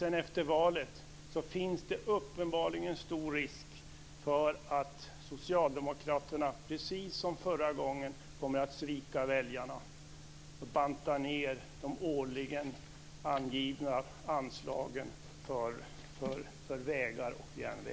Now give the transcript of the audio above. Sedan efter valet är risken uppenbarligen stor att Socialdemokraterna, precis som förra gången, sviker väljarna och bantar ned de årligen angivna anslagen för vägar och järnvägar.